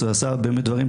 הרב אליהו בן דהן,